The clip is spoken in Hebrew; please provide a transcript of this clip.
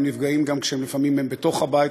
הם נפגעים גם כשהם בתוך הבית,